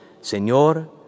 Señor